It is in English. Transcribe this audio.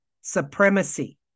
supremacy